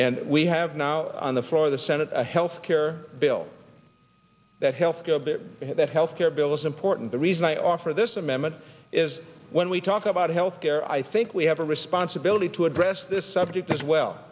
and we have now on the floor of the senate a health care bill that health care bill that health care bill is important the reason i offer this amendment is when we talk about health care i think we have a responsibility to address this subject as